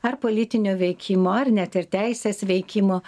ar politinio veikimo ar net ir teisės veikimo